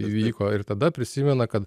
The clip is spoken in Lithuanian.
įvyko ir tada prisimena kad